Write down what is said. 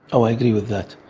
oh, i agree with that.